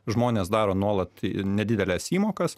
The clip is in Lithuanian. žmonės daro nuolat nedideles įmokas